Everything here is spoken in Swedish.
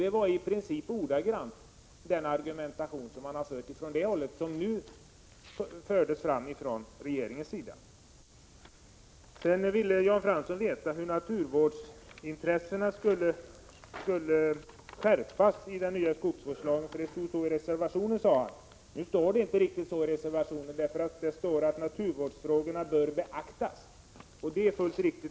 Det var i princip ordagrant den argumentation som man fört fram från det hållet som nu fördes fram från regeringen. Jan Fransson ville veta hur reglerna när det gäller naturvårdsintressena skulle skärpas i den nya skogsvårdslagen, eftersom det stod så i reservationen, som han sade. Men det står inte riktigt så i reservationen, utan det står att naturvårdsfrågorna bör beaktas, vilket är fullt riktigt.